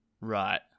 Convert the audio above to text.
Right